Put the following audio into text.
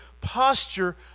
posture